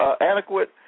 adequate